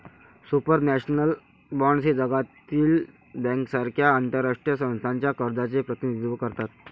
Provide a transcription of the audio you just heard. supranational bonds हे जागतिक बँकेसारख्या आंतरराष्ट्रीय संस्थांच्या कर्जाचे प्रतिनिधित्व करतात